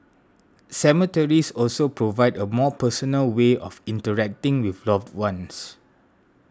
cemeteries also provide a more personal way of interacting with loved ones